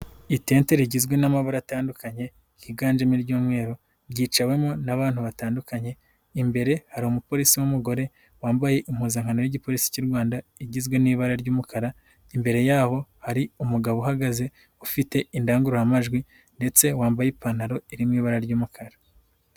Itente rigizwe n'amabara atandukanye higanjemo iry'umweru ryiciwemo n'abantu batandukanye, imbere hari umupolisi n'umugore wambaye impuzankano y'Igipolisi cy'u Rwanda igizwe n'ibara ry'umukara, imbere yabo hari umugabo uhagaze ufite indangururamajwi ndetse wambaye ipantaro iri mu ibara ry'umukara.